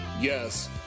Yes